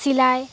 চিলাই